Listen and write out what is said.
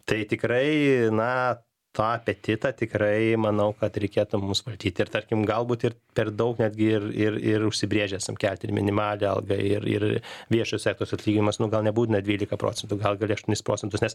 tai tikrai na tą apetitą tikrai manau kad reikėtų mums matyt ir tarkim galbūt ir per daug netgi ir ir ir užsibrėžę esam kelt ir minimalią algą ir ir viešos sektos atlyginimas nuo gal nebūtina dvylika procentų gal gali aštuonis procentus nes